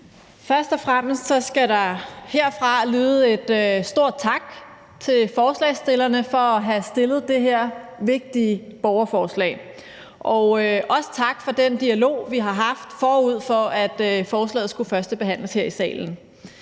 Først og fremmest skal der herfra lyde en stor tak til forslagsstillerne for at have fremsat det her vigtige borgerforslag, og også tak for den dialog, vi har haft forud for, at forslaget skulle førstebehandles her i salen.